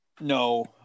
No